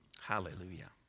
Hallelujah